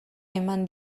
eman